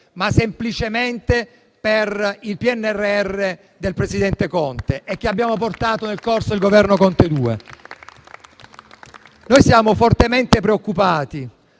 ma semplicemente sul PNRR del presidente Conte, che abbiamo portato nel corso del Governo Conte II. Siamo fortemente preoccupati